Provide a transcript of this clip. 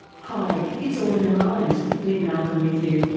hi, it's all in the mind, lynne malcolm with you.